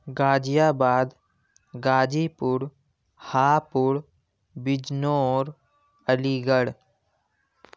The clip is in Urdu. غازی آباد غازی پور ہاپوڑ بجنور علی گڑھ